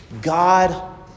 God